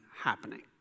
happening